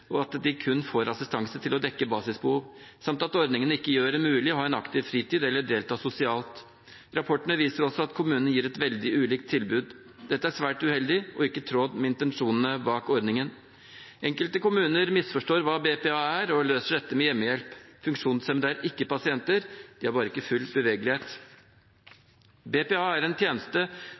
at de kun får assistanse til å dekke basisbehov, samt at ordningen ikke gjør det mulig å ha en aktiv fritid eller delta sosialt. Rapportene viser også at kommunene gir et veldig ulikt tilbud. Dette er svært uheldig og ikke i tråd med intensjonene bak ordningen. Enkelte kommuner misforstår hva BPA er, og løser dette med hjemmehjelp. Funksjonshemmede er ikke pasienter – de har bare ikke full bevegelighet. BPA er en tjeneste